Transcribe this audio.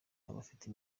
abafite